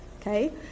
Okay